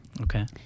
Okay